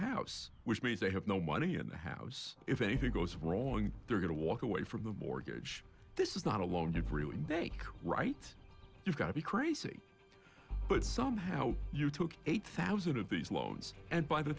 house which means they have no money in the house if anything goes wrong they're going to walk away from the mortgage this is not alone everyone baker right you've got to be crazy but somehow you took eight thousand of these loans and by the